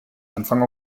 anfang